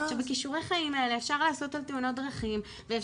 שבכישורי חיים האלה אפשר לעשות על תאונות דרכים ועל